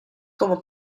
como